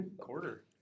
Quarter